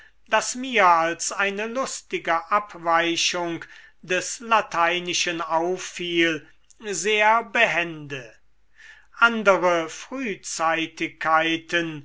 das mir als eine lustige abweichung des lateinischen auffiel sehr behende andere